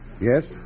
Yes